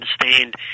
understand